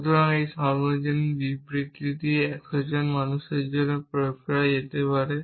সুতরাং এই সর্বজনীন বিবৃতিটি 100 জন মানুষের জন্য প্রয়োগ করা যেতে পারে